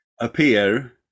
appear